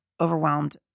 overwhelmed